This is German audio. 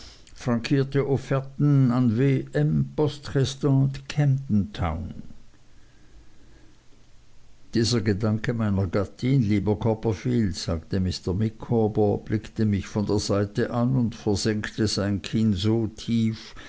w m poste restante camdentown dieser gedanke meiner gattin lieber copperfield sagte mr micawber blickte mich von der seite an und versenkte sein kinn so tief